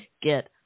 get